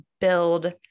build